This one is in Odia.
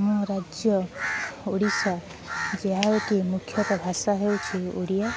ଆମ ରାଜ୍ୟ ଓଡ଼ିଶା ଯାହାକି ମୁଖ୍ୟ ଭାଷା ହେଉଛି ଓଡ଼ିଆ